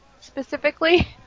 specifically